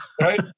Right